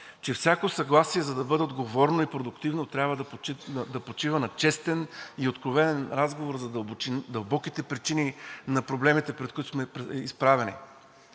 Че всяко съгласие, за да бъде отговорно и продуктивно, трябва да почива на честен и откровен разговор за дълбоките причини на проблемите, пред които сме изправени.